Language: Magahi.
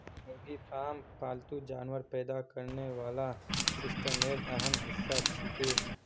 मुर्गी फार्म पालतू जानवर पैदा करने वाला सिस्टमेर अहम हिस्सा छिके